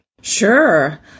sure